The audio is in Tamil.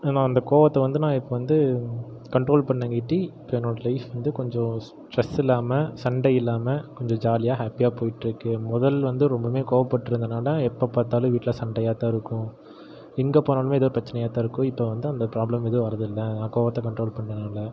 நான் அந்த கோவத்தை வந்து நான் இப்போ வந்து கண்ட்ரோல் பண்ணங்காட்டி இப்போ என்னோட லைஃப் வந்து கொஞ்சம் ஸ்ட்ரெஸ் இல்லாமல் சண்டை இல்லாமல் கொஞ்சம் ஜாலியாக ஹாப்பியாக போயிட்டுருக்கு முதல்ல வந்து ரொம்பவுமே கோவப்பட்டுட்ருந்ததுனால எப்போ பார்த்தாலும் வீட்டில சண்டையாக தான் இருக்கும் எங்கே போனாலுமே ஏதாவது பிரச்சனையாக தான் இருக்கும் இப்போ வந்து அந்த ப்ராப்ளம் எதுவும் வரது இல்லை நான் கோவத்தை கண்ட்ரோல் பண்ணதுனால